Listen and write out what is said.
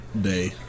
day